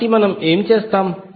కాబట్టి మనము ఏమి చేస్తాము